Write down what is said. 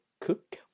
Cook